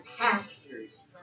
pastors